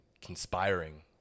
conspiring